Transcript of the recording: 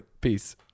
Peace